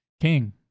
king